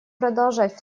продолжать